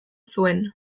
zuen